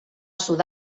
sud